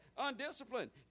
undisciplined